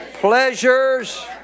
pleasures